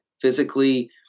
physically